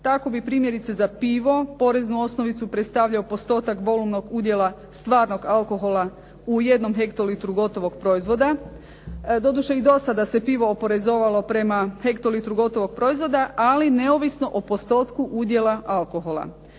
Tako bi primjerice za pivo poreznu osnovicu predstavljao postotak volumnog udjela stvarnog alkohola u jednom hektolitru gotovog proizvoda. Doduše i do sada se pivo oporezovalo prema hektolitru gotovog proizvoda, ali neovisno o postotku udjela alkohola.